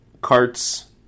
carts